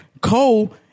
Cole